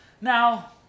Now